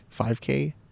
5k